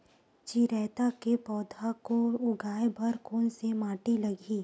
चिरैता के पौधा को उगाए बर कोन से माटी लगही?